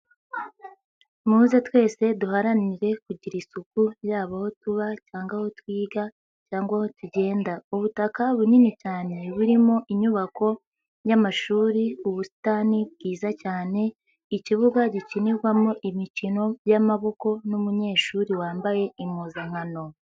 Muze twese duharanire kugira isuku yaba aho tuba cyangwa aho twiga cyangwa tugenda. Ubutaka bunini cyane burimo inyubako y'amashuri, ubusitani bwiza cyane, ikibuga gikinirwamo imikino y'amaboko n'umunyeshuri wambaye impuzankano.